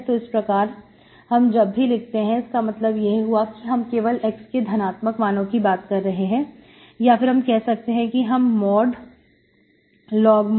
तो इस प्रकार हम जब भी लिखते हैं इसका मतलब यह हुआ कि हम केवल x के धनात्मक मानो की बात ही कर रहे हैं या फिर हम कह सकते हैं कि हम mod x log⁡